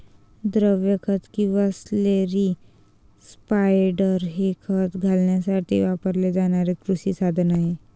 द्रव खत किंवा स्लरी स्पायडर हे खत घालण्यासाठी वापरले जाणारे कृषी साधन आहे